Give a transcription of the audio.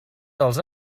dels